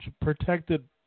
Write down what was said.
protected –